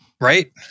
Right